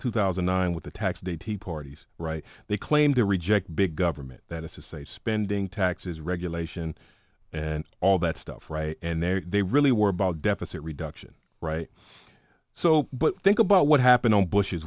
two thousand and nine with the tax day tea parties right they claim to reject big government that is to say spending taxes regulation and all that stuff and there they really were about deficit reduction right so but think about what happened on bush's